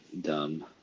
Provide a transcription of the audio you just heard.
dumb